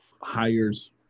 hires